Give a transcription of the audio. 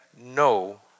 no